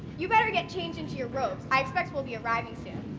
you'd better get changed into your robes. i expect we'll be arriving soon.